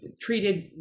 treated